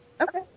Okay